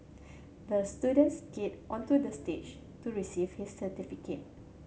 the students skated onto the stage to receive his certificate